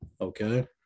Okay